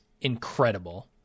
incredible